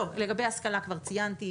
לגבי השכלה כבר ציינתי.